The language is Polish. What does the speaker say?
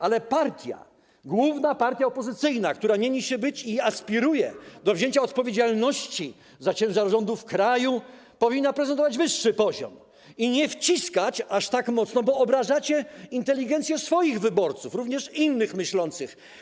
Ale partia, główna partia opozycyjna, która mieni się, aspiruje do wzięcia odpowiedzialności za ciężar rządów w kraju, powinna prezentować wyższy poziom i nie wciskać tego aż tak mocno, bo obrażacie inteligencję swoich wyborców, jak również innych myślących.